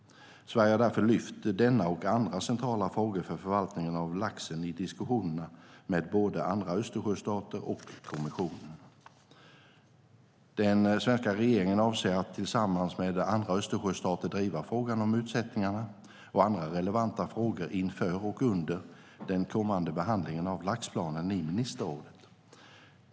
Sverige har därför lyft denna och andra centrala frågor för förvaltningen av laxen i diskussionerna med både andra Östersjöstater och kommissionen. Den svenska regeringen avser att tillsammans med andra Östersjöstater driva frågan om utsättningarna och andra relevanta frågor inför och under den kommande behandlingen av laxplanen i ministerrådet.